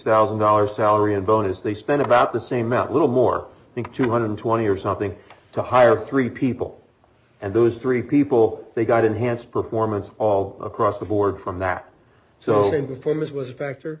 thousand dollars salary and bonus they spent about the same out little more think two hundred and twenty or something to hire three people and those three people they got enhanced performance all across the board from that so to be famous was a factor